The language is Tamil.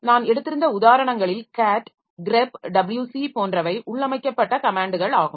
நான் எடுத்திருந்த உதாரணங்களில் catgrepwc போன்றவை உள்ளமைக்கப்பட்ட கமேன்ட்கள் ஆகும்